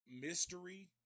mystery